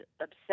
obsessed